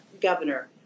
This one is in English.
governor